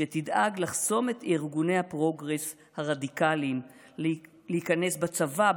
שתדאג לחסום את ארגוני הפרוגרס הרדיקליים מלהיכנס לצבא,